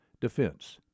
defense